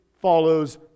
follows